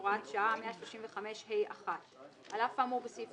הואת שעה 135ה1. על אף האמור בסעיפים